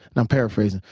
and i'm paraphrasing.